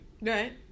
Right